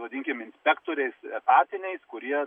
vadinkim inspektoriais etatiniais kurie